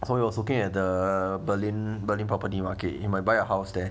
so he was looking at the berlin berlin property market he might buy a house there